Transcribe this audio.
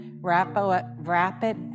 rapid